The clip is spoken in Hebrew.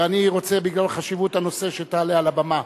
אני רוצה בגלל חשיבות הנושא שתעלה על הבמה,